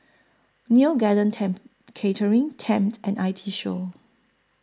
Neo Garden temp Catering Tempt and I T Show